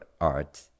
art